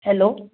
hello